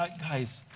guys